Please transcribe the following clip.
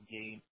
game